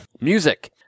music